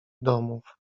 domów